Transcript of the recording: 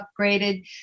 upgraded